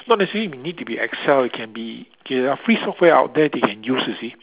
not necessarily may need to be Excel it can be K there are free software out there they can use you see